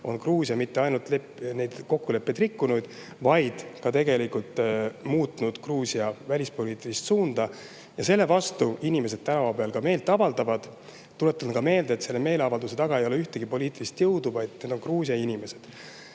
on Gruusia mitte ainult neid kokkuleppeid rikkunud, vaid tegelikult muutnud ka Gruusia välispoliitilist suunda. Ja selle vastu inimesed tänaval meelt avaldavadki. Tuletan meelde, et nende meeleavalduste taga ei ole ühtegi poliitilist jõudu, vaid Gruusia inimesed.